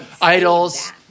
idols